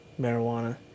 marijuana